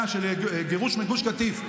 כמו המקרה שהיה של הגירוש מגוש קטיף,